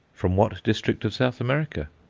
from what district of south america,